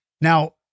Now